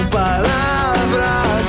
palavras